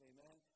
Amen